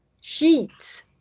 sheets